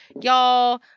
Y'all